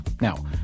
Now